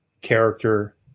character